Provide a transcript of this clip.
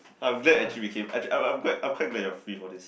I'm glad actually we came actually I'm I'm quite glad actually you are free for this